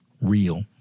real